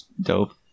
dope